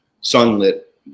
sunlit